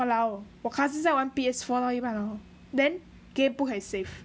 !walao! 我 cousin 在玩 P_S four 到一半 hor then game 不可以 save